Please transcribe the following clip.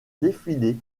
défiler